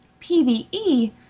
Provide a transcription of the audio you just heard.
PvE